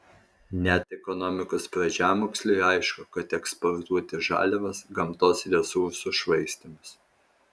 net ekonomikos pradžiamoksliui aišku kad eksportuoti žaliavas gamtos resursų švaistymas